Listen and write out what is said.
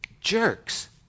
jerks